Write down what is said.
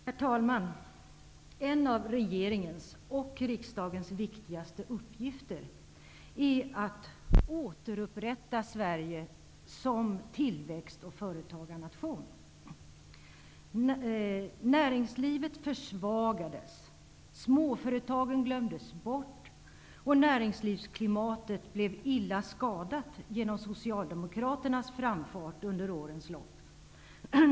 Herr talman! En av regeringens och riksdagens viktigaste uppgifter är att återupprätta Sverige som en tillväxt och företagarnation. Näringslivet försvagades, småföretagen glömdes bort och näringslivsklimatet blev illa skadat genom Socialdemokraternas framfart under årens lopp.